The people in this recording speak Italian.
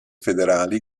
federali